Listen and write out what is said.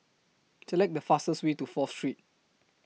Select The fastest Way to Fourth Street